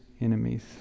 enemies